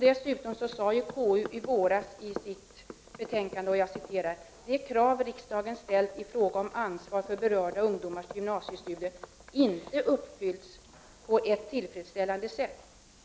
Dessutom sade KU i sitt betänkande i våras att ”det krav riksdagen ställt i fråga om ansvar för berörda ungdomars gymnasiestudier inte uppfyllts på ett tillfredsställande sätt.